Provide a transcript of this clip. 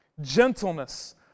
gentleness